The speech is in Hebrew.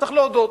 צריך להודות.